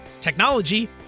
technology